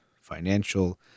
financial